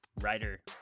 writer